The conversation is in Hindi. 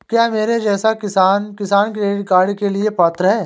क्या मेरे जैसा किसान किसान क्रेडिट कार्ड के लिए पात्र है?